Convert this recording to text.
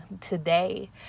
today